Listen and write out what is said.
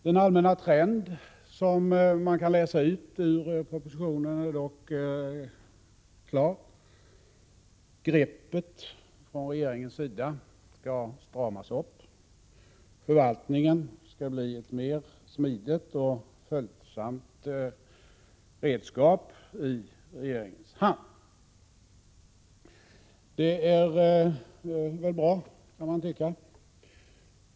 Den allmänna trend som man kan läsa ut ur propositionen är dock klar. Greppet från regeringens sida skall stramas åt, och förvaltningen skall bli mer av ett smidigt och följsamt redskap i regeringens hand. Det är väl bra, kan man tycka.